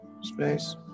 space